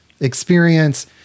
experience